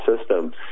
system